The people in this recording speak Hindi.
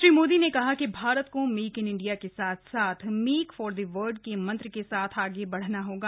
श्री मोदी ने कहा कि भारत को मेक इन इंडिया के साथ साथ मेक फॉर द वर्ल्ड के मंत्र के साथ आगे बढ़ना होगा